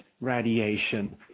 radiation